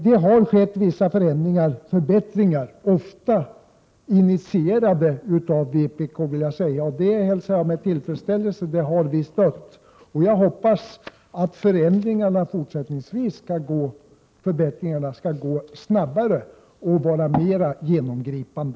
Det har skett vissa förbättringar, som ofta har varit initierade av vpk. Att dessa förbättringar har skett hälsar jag med tillfredsställelse. Jag hoppas att förändringarna fortsättningsvis skall gå snabbare och vara mer genomgripande.